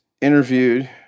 interviewed